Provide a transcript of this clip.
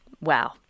Wow